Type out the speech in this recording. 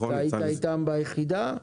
היית איתם ביחידה?